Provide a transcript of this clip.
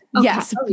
yes